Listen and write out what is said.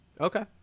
Okay